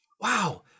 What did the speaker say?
Wow